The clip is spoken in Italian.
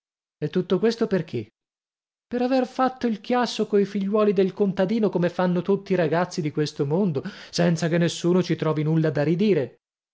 e tutto questo perché per aver fatto il chiasso coi figliuoli del contadino come fanno tutti i ragazzi di questo mondo senza che nessuno ci trovi nulla da ridire